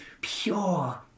pure